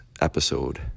episode